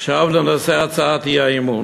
עכשיו לנושא הצעת האי-אמון.